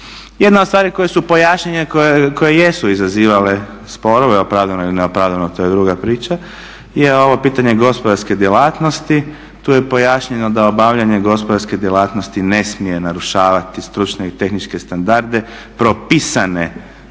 Jedna od stvari koje su pojašnjene koje jesu izazivale sporove, opravdano ili ne opravdano, to je druga priča, je ovo pitanje gospodarske djelatnosti. Tu je pojašnjeno da obavljanje gospodarske djelatnosti ne smije narušavati stručne i tehničke standarde propisane za